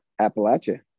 Appalachia